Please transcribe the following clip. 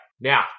now